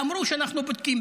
ואמרו: אנחנו בודקים.